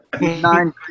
Nine